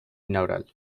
inaugural